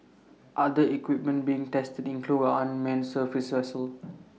other equipment being tested include an unmanned surface vessel